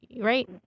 right